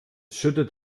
schüttet